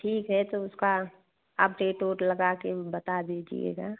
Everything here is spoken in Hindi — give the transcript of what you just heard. ठीक है तो उसका आप रेट वेट लगा कर बता दीजिएगा